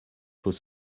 faut